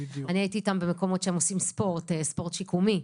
הייתי איתם במקומות שבהם הם עושים ספורט שיקומי.